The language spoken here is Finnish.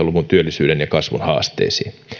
luvun työllisyyden ja kasvun haasteisiin